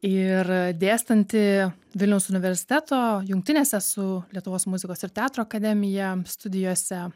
ir dėstanti vilniaus universiteto jungtinėse su lietuvos muzikos ir teatro akademija studijose